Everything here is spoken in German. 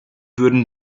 würden